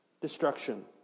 destruction